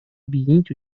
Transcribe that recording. объединить